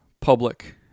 public